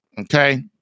Okay